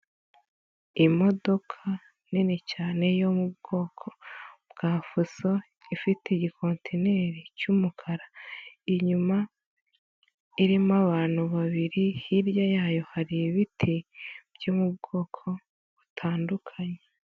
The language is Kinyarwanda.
Imodoka nini cyane yo mu bwoko bwa fuso, ifite igikontineri cy'umukara, inyuma irimo abantu babiri, hirya yayo hari ibiti byo mu bwoko butandukanye.